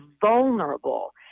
vulnerable